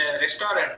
restaurant